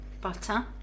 butter